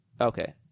Okay